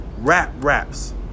rap-raps